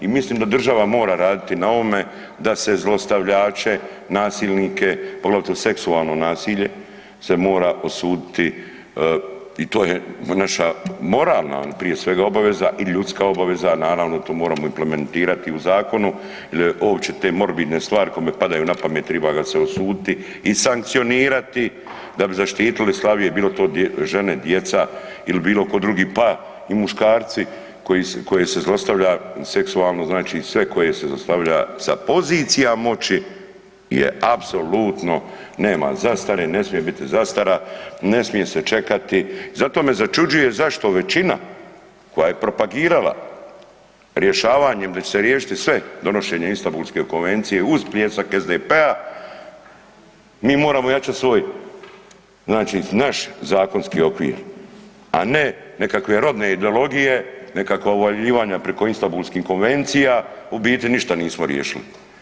I mislim da država mora raditi na ovome da se zlostavljače, nasilnike, poglavito seksualno nasilje, se mora osuditi i to je naša, moralna, prije svega, obaveza i ljudska obaveza, a naravno, tu moramo implementirati u zakonu, jer je opće te morbidne stvari kome padaju na pamet, triba ga se osuditi i sankcionirati da bi zaštitili slabije, bilo to žene, djeca ili bilo tko drugi, pa i muškarci koje se zlostavlja seksualno, znači sve koje se zlostavlja sa pozicija moći je apsolutno nema zastare, ne smije biti zastara, ne smije se čekati, zato me začuđuje zašto većina koja je propagirala rješavanjem, da će se riješiti sve, donošenje Istambulske konvencije, uz pljesak SDP-a, mi moramo jačati svoj, znači naš zakonski okvir, a ne nekakve rodne ideologije, nekakva uvaljivanja preko istambulskih konvencija, u biti ništa nismo riješili.